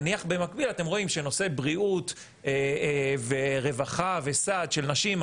נניח במקביל אתם רואים שנושא בריאות ורווחה וסעד של נשים,